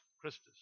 Christus